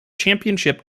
championship